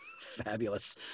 Fabulous